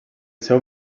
seu